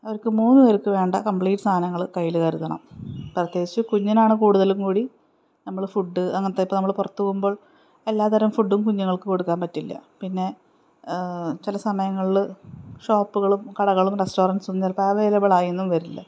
അവർക്ക് മൂന്ന് പേർക്ക് വേണ്ട കമ്പ്ലീറ്റ് സാധനങ്ങള് കയ്യില് കരുതണം പ്രത്യേകിച്ച് കുഞ്ഞിനാണ് കൂടുതലും കൂടി നമ്മള് ഫുഡ് അങ്ങനത്തെ ഇപ്പോള് നമ്മള് പുറത്ത് പോകുമ്പോൾ എല്ലാതരം ഫുഡും കുഞ്ഞുങ്ങൾക്ക് കൊടുക്കാൻ പറ്റില്ല പിന്നെ ചില സമയങ്ങളില് ഷോപ്പുകളും കടകളും റെസ്റ്റോറൻറ്സും ചിലപ്പോള് അവൈലബിള് ആയെന്നും വരില്ല